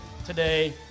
Today